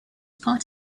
part